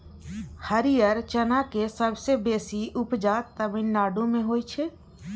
हरियर चनाक सबसँ बेसी उपजा तमिलनाडु मे होइ छै